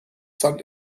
sand